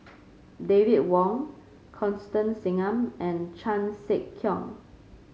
David Wong Constance Singam and Chan Sek Keong